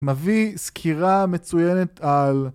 מביא סקירה מצוינת על